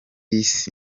y’isi